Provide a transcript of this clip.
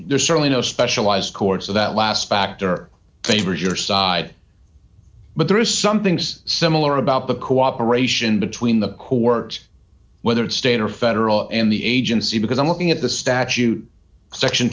there's certainly no specialized court so that last factor things where your side but there is some things similar about the cooperation between the who work whether it's state or federal in the agency because i'm looking at the statute section